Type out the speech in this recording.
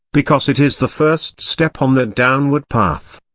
because it is the first step on the downward path.